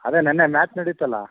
ಅದೇ ನೆನ್ನೆ ಮ್ಯಾಚ್ ನಡೀತಲ್ಲಾ